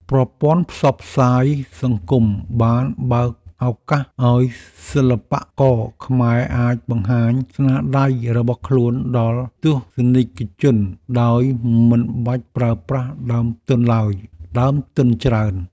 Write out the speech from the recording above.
ប្រព័ន្ធផ្សព្វផ្សាយសង្គមបានបើកឱកាសឱ្យសិល្បករខ្មែរអាចបង្ហាញស្នាដៃរបស់ខ្លួនដល់ទស្សនិកជនដោយមិនបាច់ប្រើប្រាស់ដើមទុនច្រើន។